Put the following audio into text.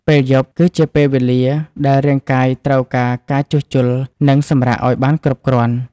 ពេលយប់គឺជាពេលវេលាដែលរាងកាយត្រូវការការជួសជុល និងសម្រាកឱ្យបានគ្រប់គ្រាន់។